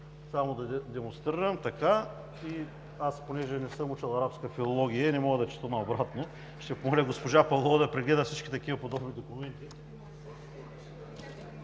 Понеже не съм учил арабска филология, не мога да чета на обратно. Ще помоля госпожа Павлова да прегледа всички такива подобни документи.